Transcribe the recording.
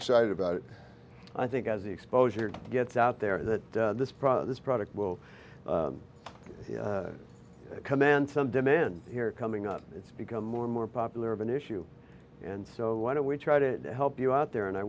excited about it i think as the exposure gets out there that this product this product will command some demand here coming up it's become more and more popular of an issue and so why don't we try to help you out there and i